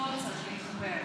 במצלול צריך להתחבר.